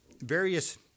various